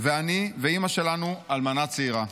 אני ואימא שלנו, אלמנה צעירה.